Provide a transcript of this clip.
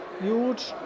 huge